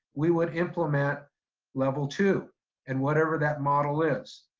we would implement level two and whatever that model is.